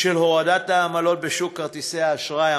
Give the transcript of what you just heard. של הורדת העמלות בשוק כרטיסי האשראי,